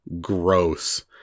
gross